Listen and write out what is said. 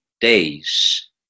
days